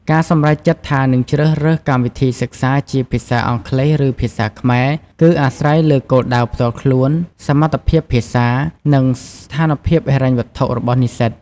ការសម្រេចចិត្តថានឹងជ្រើសរើសកម្មវិធីសិក្សាជាភាសាអង់គ្លេស ឬភាសាខ្មែរ គឺអាស្រ័យលើគោលដៅផ្ទាល់ខ្លួន សមត្ថភាពភាសា និងស្ថានភាពហិរញ្ញវត្ថុរបស់និស្សិត។